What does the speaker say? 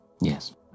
yes